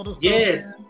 yes